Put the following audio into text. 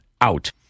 out